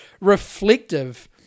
reflective